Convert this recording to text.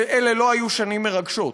אלה לא היו שנים מרגשות,